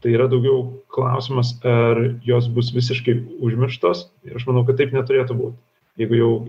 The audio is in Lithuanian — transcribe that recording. tai yra daugiau klausimas ar jos bus visiškai užmirštos ir aš manau kad taip neturėtų būt jeigu jau